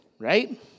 right